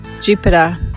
Jupiter